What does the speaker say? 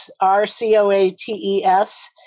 R-C-O-A-T-E-S